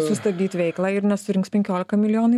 sustabdyt veiklą ir nesurinks penkiolika milijonų į